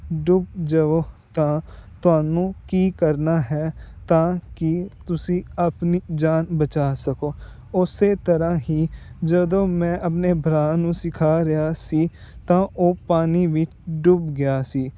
ਡੁੱਬ ਜਾਵੋ ਤਾਂ ਤੁਹਾਨੂੰ ਕੀ ਕਰਨਾ ਹੈ ਤਾਂ ਕਿ ਤੁਸੀਂ ਆਪਣੀ ਜਾਨ ਬਚਾ ਸਕੋ ਉਸ ਤਰ੍ਹਾਂ ਹੀ ਜਦੋਂ ਮੈਂ ਆਪਣੇ ਭਰਾ ਨੂੰ ਸਿਖਾ ਰਿਹਾ ਸੀ ਤਾਂ ਉਹ ਪਾਣੀ ਵਿੱਚ ਡੁੱਬ ਗਿਆ ਸੀ